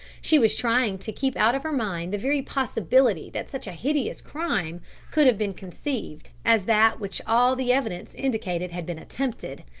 she was trying to keep out of her mind the very possibility that such a hideous crime could have been conceived as that which all the evidence indicated had been attempted.